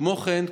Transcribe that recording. כמו כן,